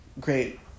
great